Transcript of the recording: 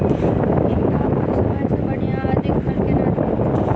खीरा अप्पन समय सँ बढ़िया आ अधिक फल केना देत?